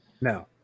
No